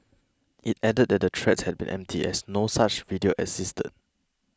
it added that the the threats had been empty as no such video existed